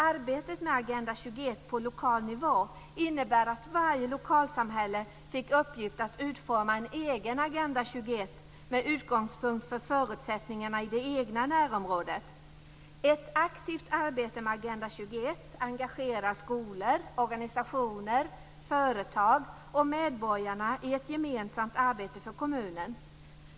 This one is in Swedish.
Arbetet med Agenda 21 på lokal nivå innebar att varje lokalsamhälle fick i uppgift att utforma en egen Agenda 21 med utgångspunkt från förutsättningarna i det egna närområdet. Ett aktivt arbete med Agenda 21 engagerar skolor, organisationer, företag och medborgare i ett gemensamt arbete för kommunen.